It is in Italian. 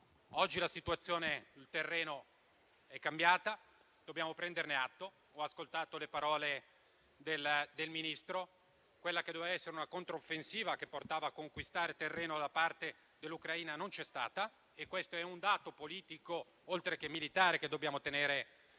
Oggi la situazione sul terreno è cambiata, dobbiamo prenderne atto. Ho ascoltato le parole del Ministro: quella che doveva essere una controffensiva che portava l'Ucraina a conquistare terreno non c'è stata e questo è un dato politico oltre che militare che dobbiamo tenere in